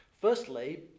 Firstly